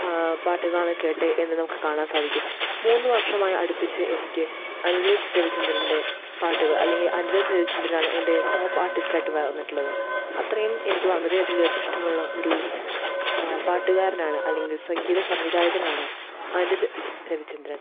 പാട്ടുകളാണേ കേട്ടത് എന്നു നമുക്ക് കാണാൻ സാധിക്കും മൂന്നു വർഷമായി അടുപ്പിച്ച് എനിക്ക് അനിരുദ്ധ് രവിചന്ദ്രൻ്റെ പാട്ടുകൾ അല്ലെങ്കിൽ അനിരുദ്ധ് രവിചന്ദ്രാണ് എന്റെ ടോപ് ആർട്ടിസ്റ്റായിട്ട് വന്നിട്ടുള്ളത് അത്രയും എനിക്ക് വളരെയധികം ഇഷ്ടമുള്ള ഒരു പാട്ടുകാരനാണ് അല്ലെങ്കിൽ സംഗീത സംവിധായകനാണ് അനിരുദ്ധ് രവിചന്ദ്രൻ